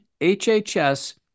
HHS